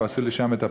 ועשו לי שם את הפאות,